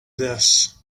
this